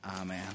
Amen